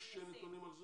יש נתונים על זה?